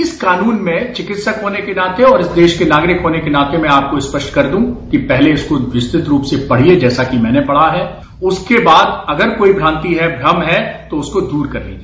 इस कानून में चिकित्सक होने के नाते और इस देश के नागरिक होने के नाते मैं आपको स्पष्ट कर दू कि पहले इसको विस्तृत रूप से पढ़िये जैसा कि मैंने पढ़ा है उसके बाद अगर कोई भ्रांति है भ्रम है तो उसको दूर करिये